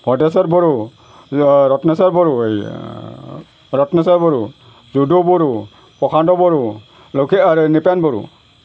ভদ্ৰেশ্বৰ বড়ো ৰত্নেশ্বৰ বড়ো এই ৰত্নেশ্বৰ বড়ো যদু বড়ো প্ৰশান্ত বড়ো লক্ষী আৰু নিপেন বড়ো